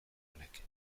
honek